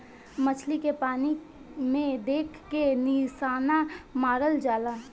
मछली के पानी में देख के निशाना मारल जाला